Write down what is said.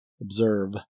observe